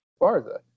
Barza